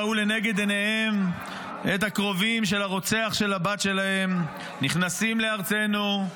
ראו לנגד עיניהם את הקרובים של הרוצח של הבת שלהם נכנסים לארצנו,